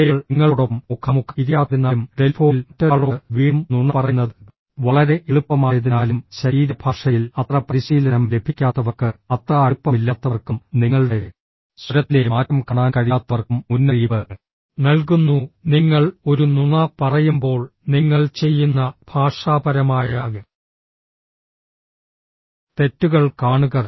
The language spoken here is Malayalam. മറ്റേയാൾ നിങ്ങളോടൊപ്പം മുഖാമുഖം ഇരിക്കാത്തതിനാലും ടെലിഫോണിൽ മറ്റൊരാളോട് വീണ്ടും നുണ പറയുന്നത് വളരെ എളുപ്പമായതിനാലും ശരീരഭാഷയിൽ അത്ര പരിശീലനം ലഭിക്കാത്തവർക്ക് അത്ര അടുപ്പമില്ലാത്തവർക്കും നിങ്ങളുടെ സ്വരത്തിലെ മാറ്റം കാണാൻ കഴിയാത്തവർക്കും മുന്നറിയിപ്പ് നൽകുന്നു നിങ്ങൾ ഒരു നുണ പറയുമ്പോൾ നിങ്ങൾ ചെയ്യുന്ന ഭാഷാപരമായ തെറ്റുകൾ കാണുക